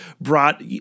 brought